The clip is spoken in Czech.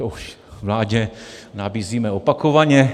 To už vládě nabízíme opakovaně.